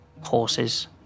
horses